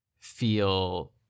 feel